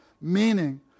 Meaning